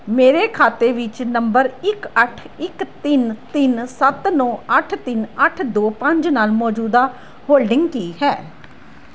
ਮੇਰੇ ਖਾਤੇ ਵਿੱਚ ਨੰਬਰ ਇੱਕ ਅੱਠ ਇੱਕ ਤਿੰਨ ਤਿੰਨ ਸੱਤ ਨੌਂ ਅੱਠ ਤਿੰਨ ਅੱਠ ਦੋ ਪੰਜ ਨਾਲ ਮੌਜੂਦਾ ਹੋਲਡਿੰਗ ਕੀ ਹੈ